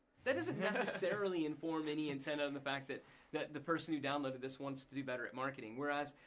that doesn't necessarily inform any intent of the fact that that the person who downloaded this wants to do better at marketing whereas,